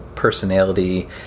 personality